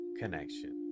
connection